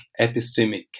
epistemic